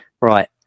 right